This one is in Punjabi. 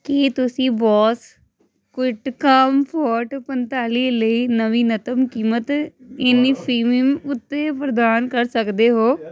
ਕੀ ਤੁਸੀਂ ਬੋਸ ਕੁਈਟਕਾਮਫੋਰਟ ਪੰਤਾਲੀ ਲਈ ਨਵੀਨਤਮ ਕੀਮਤ ਇਨੀਫੀਬਿਮ ਉੱਤੇ ਪ੍ਰਦਾਨ ਕਰ ਸਕਦੇ ਹੋ